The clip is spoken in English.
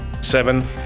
seven